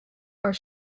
are